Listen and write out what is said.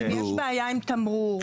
אם יש בעיה עם תמרור,